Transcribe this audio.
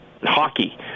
hockey